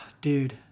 dude